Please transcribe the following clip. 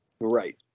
Right